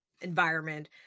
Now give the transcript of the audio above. environment